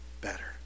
better